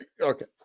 Okay